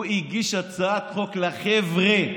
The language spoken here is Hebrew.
הוא הגיש הצעת חוק לחבר'ה,